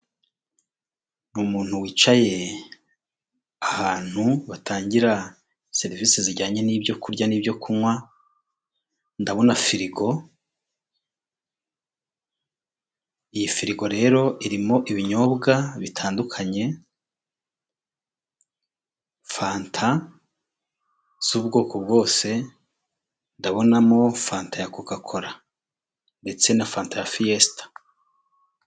Ni umuntu wicaye ahantu batangira serivisi zijyanye nibyo kurya nibyo kunywa, ndabona firigo, iyi firigo rero irimo ibinyobwa bitandukanye, fanta z'ubwoko bwose ,ndabonamo fanta koka kola ndetse na fanta fiyesta.